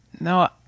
No